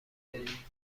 بری